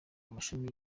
gashami